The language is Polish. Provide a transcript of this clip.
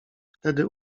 wtedy